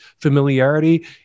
familiarity